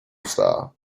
star